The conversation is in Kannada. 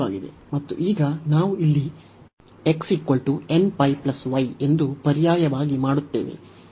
ಮತ್ತು ಈಗ ನಾವು ಇಲ್ಲಿ x nπ y ಎಂದು ಪರ್ಯಾಯವಾಗಿ ಮಾಡುತ್ತೇವೆ